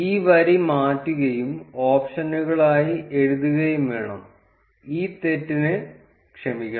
ഈ വരി മാറ്റുകയും ഓപ്ഷനുകളായി എഴുതുകയും വേണം ഈ തെറ്റിന് ക്ഷമിക്കണം